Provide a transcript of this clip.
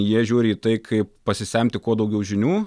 jie žiūri į tai kaip pasisemti kuo daugiau žinių